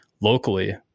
locally